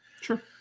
Sure